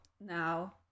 now